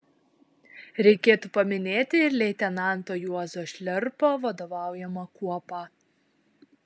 reikėtų paminėti ir leitenanto juozo šliarpo vadovaujamą kuopą